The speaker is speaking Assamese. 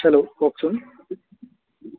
হেল্ল' কওকচোন